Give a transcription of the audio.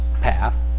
path